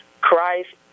Christ